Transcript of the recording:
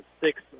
six